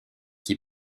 qui